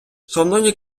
шановні